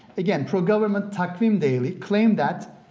again, pro-government takvim daily claimed that